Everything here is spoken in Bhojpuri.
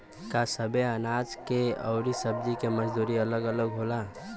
का सबे अनाज के अउर सब्ज़ी के मजदूरी अलग अलग होला?